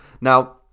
Now